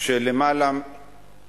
של 20 בתי-ספר